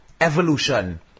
evolution